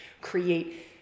create